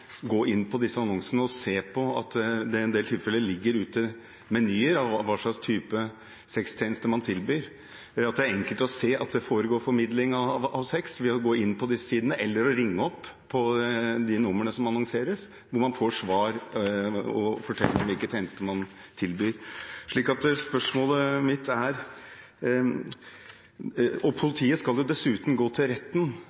gå inn på disse annonsene og se at det i en del tilfeller ligger ute menyer for hva slags type sextjenester man tilbyr, og at det er enkelt å se at det foregår formidling av sex, enten ved å gå inn på disse nettsidene eller ved å ringe de numrene som annonseres, og at man da får svar og blir fortalt hvilke tjenester man tilbyr. Det som ligger i dette forslaget, er